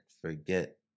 forget